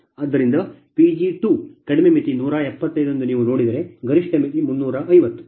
ಆದ್ದರಿಂದ P g2 ಕಡಿಮೆ ಮಿತಿ 175 ಎಂದು ನೀವು ನೋಡಿದರೆ ಗರಿಷ್ಟ ಮಿತಿ 350